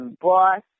boss